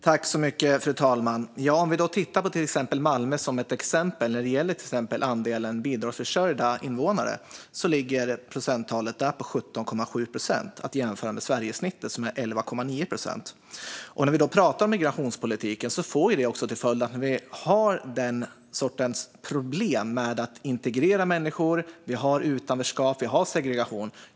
Fru talman! Låt oss titta på exemplet Malmö i fråga om andelen bidragsförsörjda invånare. Där ligger procenttalet på 17,7, att jämföra med Sverigesnittet som är 11,9 procent. Migrationspolitiken får till följd att det blir problem med att integrera människor, med utanförskap och segregation.